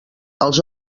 els